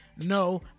no